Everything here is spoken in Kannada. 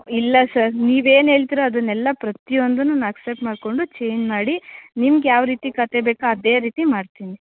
ಇಲ್ಲ ಸರ್ ನೀವೇನು ಹೇಳ್ತಿರೊ ಅದನ್ನೆಲ್ಲ ಪ್ರತಿಯೊಂದನ್ನೂ ನಾ ಅಕ್ಸೆಪ್ಟ್ ಮಾಡಿಕೊಂಡು ಚೇಂಜ್ ಮಾಡಿ ನಿಮ್ಗೆ ಯಾವ ರೀತಿ ಕತೆ ಬೇಕು ಅದೇ ರೀತಿ ಮಾಡ್ತೀನಿ